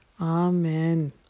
Amen